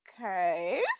okay